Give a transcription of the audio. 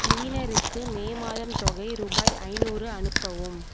கிளீனருக்கு May மாதம் தொகை ரூபாய் ஐநூறு அனுப்பவும்